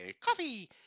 coffee